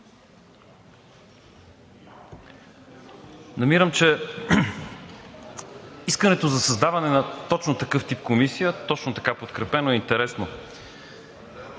Намирам, че искането за създаване на точно такъв тип комисия, точно така подкрепено, е интересно.